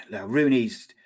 Rooney's